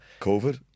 COVID